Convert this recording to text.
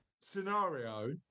scenario